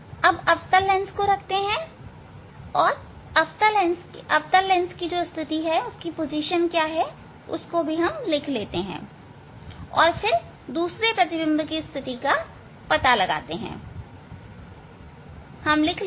अब अवतल लेंस को रखते हैं और अवतल लेंस की स्थिति को लिख लेते हैं और फिर दूसरे प्रतिबिंब स्थिति का पता लगाते हैं हम लिख लेते हैं